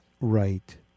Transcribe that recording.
Right